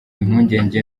impungenge